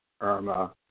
Irma